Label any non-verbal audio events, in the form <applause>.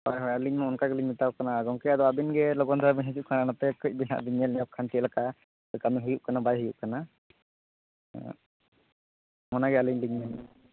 ᱦᱳᱭ ᱦᱳᱭ ᱟᱹᱞᱤᱧ ᱦᱚᱸ ᱚᱱᱠᱟ ᱜᱮᱞᱤᱧ ᱢᱮᱛᱟ ᱟᱠᱚ ᱠᱟᱱᱟ ᱜᱚᱢᱠᱮ ᱟᱫᱚ ᱟᱹᱵᱤᱱ ᱜᱮ ᱞᱚᱜᱚᱱ ᱫᱷᱟᱨᱟ ᱵᱮᱱ ᱦᱤᱡᱩ ᱠᱷᱟᱱ ᱱᱚᱛᱮ ᱠᱟᱹᱡ ᱜᱮ ᱱᱟᱦᱟᱜ ᱵᱮᱱ ᱧᱮᱞ ᱧᱚᱜ ᱠᱷᱟᱱ ᱪᱮᱫ ᱞᱮᱠᱟ ᱠᱟᱹᱢᱤ ᱦᱩᱭᱩᱜ ᱠᱟᱱᱟ ᱵᱟᱭ ᱦᱩᱭᱩᱜ ᱠᱟᱱᱟ ᱚᱱᱟᱜᱮ ᱟᱹᱞᱤᱧ ᱞᱤᱧ <unintelligible>